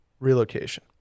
Relocation